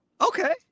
Okay